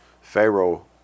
pharaoh